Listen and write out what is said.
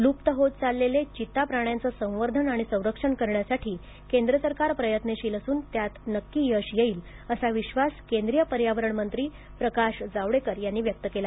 लूप्त होत चाललेले चित्ता प्राण्याचं संवर्धन आणि संरक्षण करण्यासाठी केंद्र सरकार प्रयत्नशील असून त्यात नक्की यश येईल असा विश्वास केंद्रिय पर्यावरण मंत्री प्रकाश जावडेकर यांनी व्यक्त केला